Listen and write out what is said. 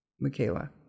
Michaela